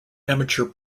amateur